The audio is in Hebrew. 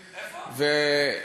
איפה?